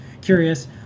curious